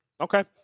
Okay